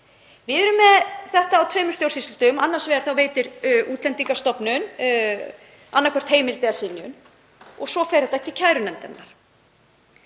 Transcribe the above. Við erum með þetta á tveimur stjórnsýslustigum; annars vegar veitir Útlendingastofnun annaðhvort heimild eða synjun og svo fer þetta til kærunefndarinnar.